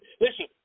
Listen